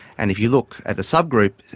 and if you look at the subgroup,